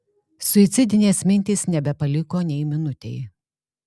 suicidinės mintys nebepaliko nei minutei